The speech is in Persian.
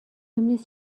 نیست